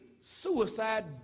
suicide